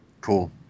cool